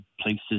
places